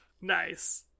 nice